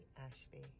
Ashby